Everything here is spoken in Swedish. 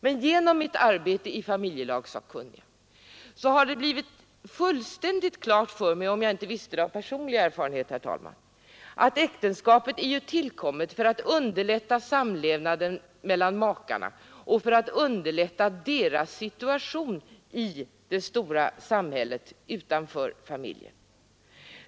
Men genom mitt arbete i familjelagssakkunniga har det blivit fullständigt klart för mig, om jag inte visste det av tidigare erfarenhet, herr talman, att äktenskapet är tillkommet för att underlätta samlevnaden mellan makarna och för att underlätta deras situation i det stora samhället utanför familjen.